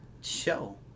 show